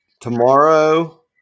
tomorrow